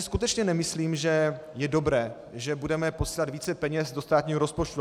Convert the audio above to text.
Skutečně si nemyslím, že je dobré, že budeme posílat více peněz do státního rozpočtu.